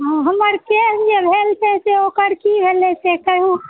हमर केश जे भेल छै से ओकर की से कहू